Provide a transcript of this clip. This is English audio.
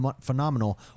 phenomenal